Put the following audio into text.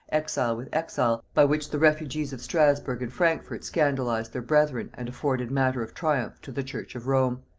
exile with exile, by which the refugees of strasburgh and frankfort scandalized their brethren and afforded matter of triumph to the church of rome.